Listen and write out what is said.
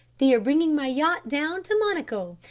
they are bringing my yacht down to monaco,